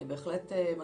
אני בהחלט מסכימה,